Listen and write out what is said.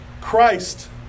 Christ